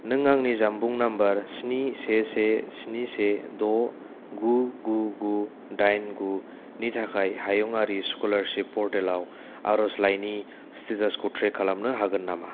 नों आंनि जानबुं नम्बर स्नि से से स्नि से द गु गु गु दाइन गुनि थाखाय हायुंआरि स्क'लारसिप पर्टेलाव आरजलाइनि स्टेटासखौ ट्रेक खालामनो हागोन नामा